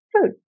Food